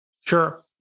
Sure